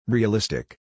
Realistic